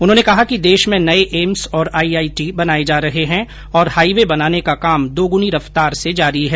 उन्होंने कहा कि देश में नये एम्स और आईआईटी बनाये जा रहे हैं और हाइवे बनाने का काम दुगनी रफ्तार से जारी है